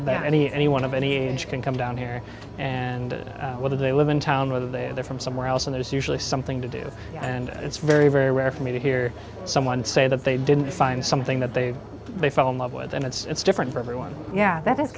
so that any anyone of any age can come down here and whether they live in town whether they're from somewhere else and there's usually something to do and it's very very rare for me to hear someone say that they didn't find something that they they fell in love with and it's different for everyone yeah that